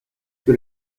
que